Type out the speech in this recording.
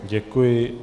Děkuji.